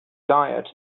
diet